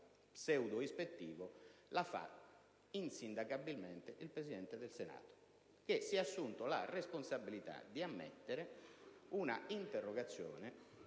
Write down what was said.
pseudo-ispettivo viene fatta insindacabilmente dal Presidente del Senato, il quale si è assunto la responsabilità di ammettere un'interrogazione